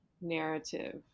narrative